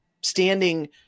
standing